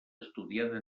estudiada